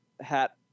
hat